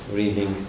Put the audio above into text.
reading